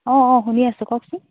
অঁ অঁ শুনি আছোঁ কওকচোন